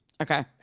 Okay